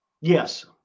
yes